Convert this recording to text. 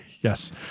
Yes